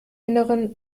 innern